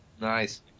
nice